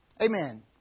Amen